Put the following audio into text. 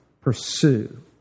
pursue